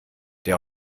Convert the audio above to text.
der